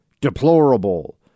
deplorable